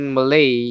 Malay